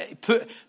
put